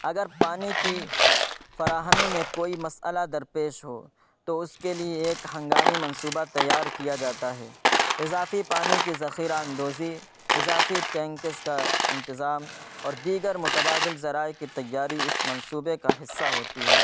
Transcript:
اگر پانی کی فراہمی میں کوئی مسٔلہ درپیش ہو تو اس کے لیے ایک ہنگامی منصوبہ تیار کیا جاتا ہے اضافی پانی کی ذخیرہ اندوزی اضافی ٹینکرز کا انتظام اور دیگر متبادل ذرائع کے تیاری اس منصوبے کا حصہ ہوتی ہے